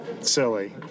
silly